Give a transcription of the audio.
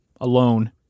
alone